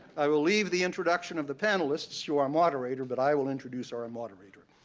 i will leave the introduction of the panelists to our moderator, but i will introduce our moderator.